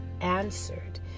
answered